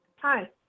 Hi